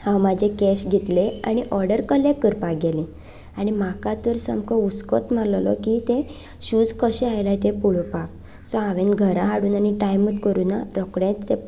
हांव म्हजे कॅश घेतले आनी ऑर्डर कलेक्ट करपाक गेलें आनी म्हाका तर सामको हुसको जालेलो की ते शूज कशे आयले तें पळोपाक सो हांवें घरा हाडून आनी टायमूच करूं ना रोकडेंच ते